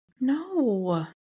No